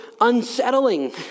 unsettling